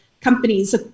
companies